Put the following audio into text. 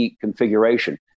configuration